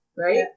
right